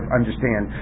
understand